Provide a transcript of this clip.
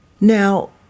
Now